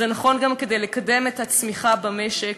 זה נכון גם כדי לקדם את הצמיחה במשק,